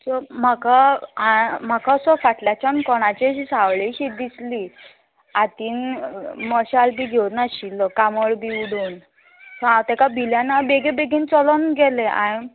so म्हाका म्हाका असो फाटल्याच्यान कोणाची अशी सावळी अशी दिसली हातीन मशाल बी घेवन आशिल्लो कांबळ बी उडोवन सो हांव तेका भिलें आनी हांव बेगीन बेगीन चलोन गेलें हांव